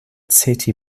city